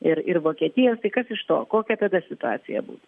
ir ir vokietijos tai kas iš to kokia tada situacija būtų